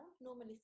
normally